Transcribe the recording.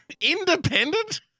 independent